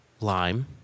lime